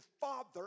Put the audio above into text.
Father